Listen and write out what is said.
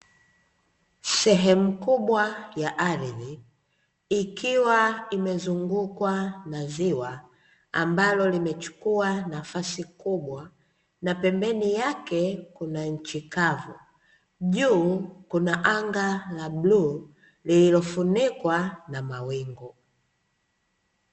Sehemu kubwa ya ardhi, ikiwa imezungukwa na ziwa, ambalo limechukua nafasi kubwa, na pembeni yake kuna nchi kavu, juu kuna anga la bluu lililofunikwa na mawingu.